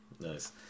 Nice